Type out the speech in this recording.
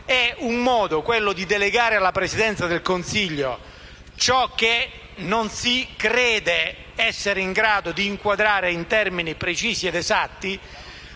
amministrazione. Delegare alla Presidenza del Consiglio ciò che non si crede essere in grado di inquadrare in termini precisi ed esatti